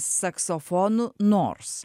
saksofonu nors